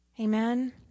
Amen